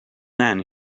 then